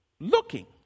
looking